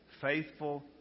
Faithful